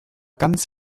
ganz